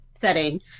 setting